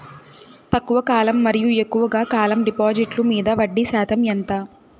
తక్కువ కాలం మరియు ఎక్కువగా కాలం డిపాజిట్లు మీద వడ్డీ శాతం ఎంత?